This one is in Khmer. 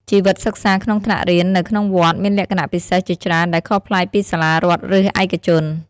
ជីវិតសិក្សាក្នុងថ្នាក់រៀននៅក្នុងវត្តមានលក្ខណៈពិសេសជាច្រើនដែលខុសប្លែកពីសាលារដ្ឋឬឯកជន។